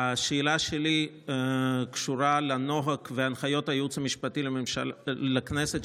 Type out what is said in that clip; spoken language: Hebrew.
השאלה שלי קשורה לנוהג ולהנחיות הייעוץ המשפטי לכנסת,